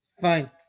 Fine